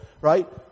Right